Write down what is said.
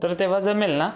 तर तेव्हा जमेल ना